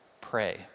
pray